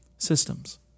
systems